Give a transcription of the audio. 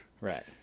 right